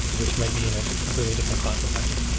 which might be in a completely different cloud provider.